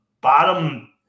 bottom